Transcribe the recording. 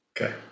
Okay